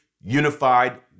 unified